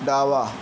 डावा